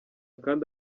kandi